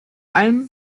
allem